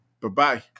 Bye-bye